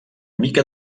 mica